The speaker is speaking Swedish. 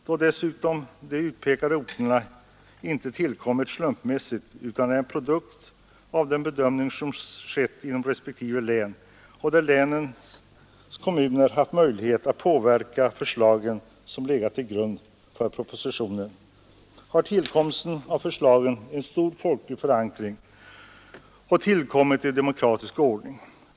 Då dessutom de utpekade orterna inte tillkommit slumpmässigt utan är en produkt av den bedömning som skett inom respektive län, varvid länens kommuner haft möjligheter att påverka det förslag som legat till grund för propositionen, har förslagen en stor folklig förankring, och har de tillkommit i demokratisk ordning.